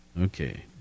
Okay